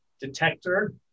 detector